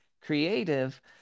creative